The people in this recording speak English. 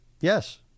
Yes